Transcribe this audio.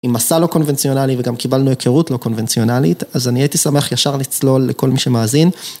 עם מסע לא קונבנציונלי וגם קיבלנו היכרות לא קונבנציונלית אז אני הייתי שמח ישר לצלול לכל מי שמאזין.